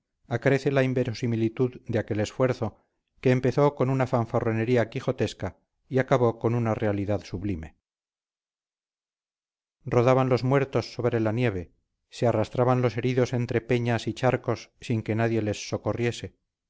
acrece la inverosimilitud de aquel esfuerzo que empezó con una fanfarronería quijotesca y acabó con una realidad sublime rodaban los muertos sobre la nieve se arrastraban los heridos entre peñas y charcos sin que nadie les socorriese